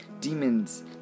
demons